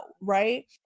right